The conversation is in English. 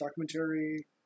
documentary